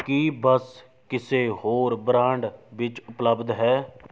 ਕੀ ਬੱਸ ਕਿਸੇ ਹੋਰ ਬ੍ਰਾਂਡ ਵਿੱਚ ਉਪਲੱਬਧ ਹੈ